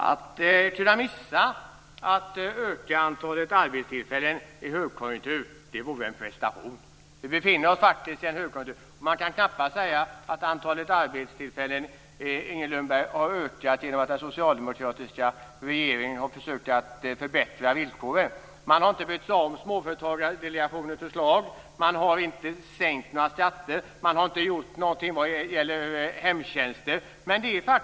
Fru talman! Att missa och inte kunna öka antalet arbetstillfällen i en högkonjunktur vore en prestation. Vi befinner oss faktiskt i en högkonjunktur. Man kan knappast säga att antalet arbetstillfällen, Inger Lundberg, har ökat genom att den socialdemokratiska regeringen har försökt att förbättra villkoren. Man har inte brytt sig om Småföretagsdelegationens förslag. Man har inte sänkt några skatter. Man har inte gjort någonting vad gäller hemtjänster.